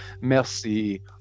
merci